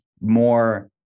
more